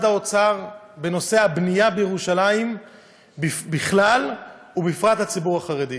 האוצר בנושא הבנייה בירושלים בכלל ובפרט לציבור החרדי.